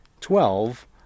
Twelve